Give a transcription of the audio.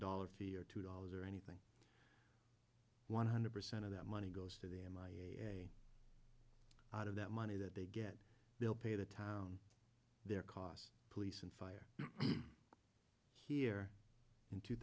dollar fee or two dollars or anything one hundred percent of that money goes to the nih a lot of that money that they get will pay the town their cost police and fire here in two